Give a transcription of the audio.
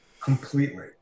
completely